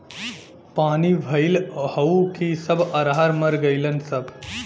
पानी भईल हउव कि सब अरहर मर गईलन सब